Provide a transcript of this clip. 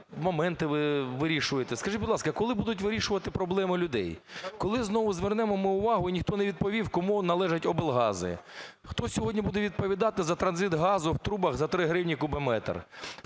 моменти ви вирішуєте. Скажіть, будь ласка, а коли будуть вирішувати проблеми людей? Коли знову звернемо ми увагу і ніхто не відповів, кому належать облгази? Хто сьогодні буде відповідати за транзит газу в трубах за 3 гривні кубометр?